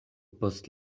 post